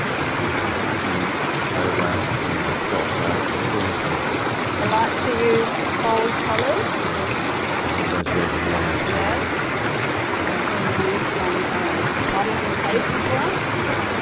and that's obviously painting over this image itself. so where do we start with all this? i like to use bold colors. yeah i love those reds and yellows too. and i'm going to use some um modelling paste as well.